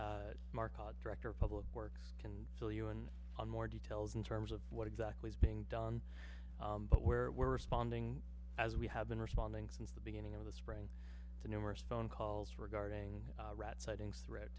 jay markov director of public works can fill you in on more details in terms of what exactly is being done but where we're spawning as we have been responding since the beginning of the spring to numerous phone calls regarding rat sightings threa